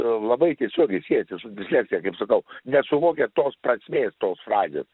labai tiesiogiai siejasi su disleksija kaip sakau nesuvokia tos prasmės tos frazės